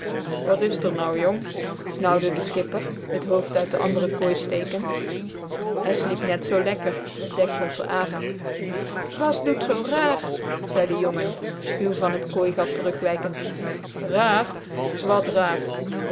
wat is d'r nou jong snauwde de schipper t hoofd uit de andere kooi stekend hij sliep net zoo lekker de dekselsche aap bas doet zoo rààr zei de jongen schuw van het kooigat terugwijkend rààr wat raar